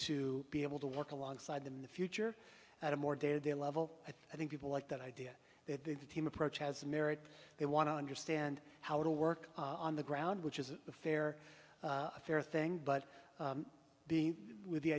to be able to work alongside them in the future at a more day to day level i think people like that idea that the team approach has merit they want to understand how to work on the ground which is a fair a fair thing but the with the